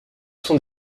sont